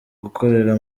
gukorera